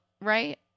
right